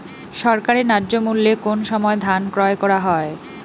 সরকারি ন্যায্য মূল্যে কোন সময় ধান ক্রয় করা হয়?